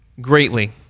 greatly